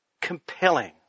compelling